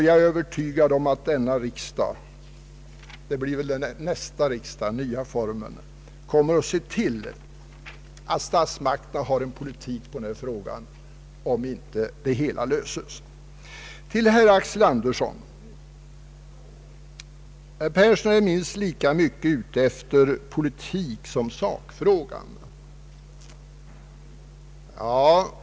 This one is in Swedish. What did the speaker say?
Jag är övertygad om att den kommande enkammarriksdagen tar upp denna fråga, om den inte löses dessförinnan. Herr Axel Andersson påstår att jag tänker lika mycket på politik som på själva sakfrågan i detta fall.